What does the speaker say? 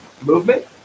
movement